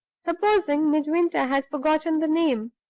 supposing midwinter had forgotten the name.